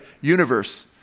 Universe